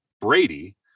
Brady